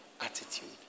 attitude